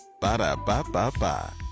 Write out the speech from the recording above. Ba-da-ba-ba-ba